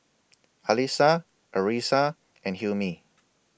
Alyssa Arissa and Hilmi